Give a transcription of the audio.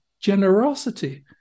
generosity